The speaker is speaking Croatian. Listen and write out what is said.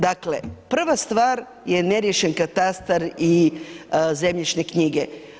Dakle, prva stvar je neriješen katastar i zemljišne knjige.